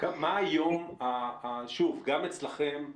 גם אצלכם,